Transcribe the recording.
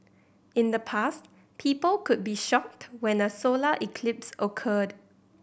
in the past people could be shocked when a solar eclipse occurred